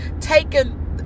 taken